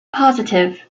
positive